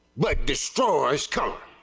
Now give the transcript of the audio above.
but destroys color.